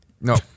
No